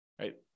right